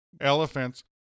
elephants